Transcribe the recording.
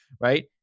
right